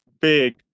big